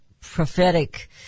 prophetic